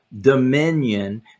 dominion